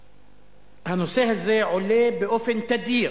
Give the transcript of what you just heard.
והנושא הזה עולה באופן תדיר